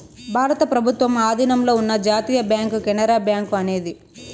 భారత ప్రభుత్వం ఆధీనంలో ఉన్న జాతీయ బ్యాంక్ కెనరా బ్యాంకు అనేది